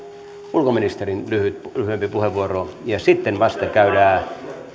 ulkoministerin lyhyempi puheenvuoro ja sitten vasta käydään